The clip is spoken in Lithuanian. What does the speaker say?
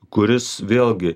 kuris vėlgi